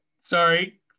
sorry